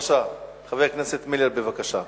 חבר הכנסת מילר, בבקשה,